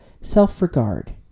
self-regard